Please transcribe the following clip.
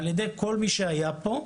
על ידי כל מי שהיה פה,